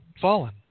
fallen